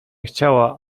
chciała